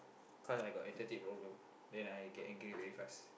because I got attitude problem then I get angry very fast